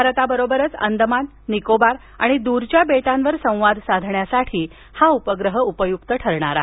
भारताबरोबरच अंदमान निकोबार आणि दूरच्या बेटांवर संवाद साधण्यासाठी हा उपग्रह उपयुक्त ठरणार आहे